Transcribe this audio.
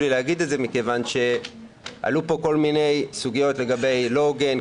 מכיוון שעלו פה כל מיני סוגיות לגבי לא הוגן,